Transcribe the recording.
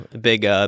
big